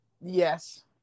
Yes